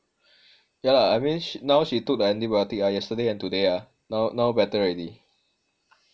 yah lah I mean sh~ now she took the antibiotic ah yesterday and today ah now now better already